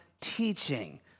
teaching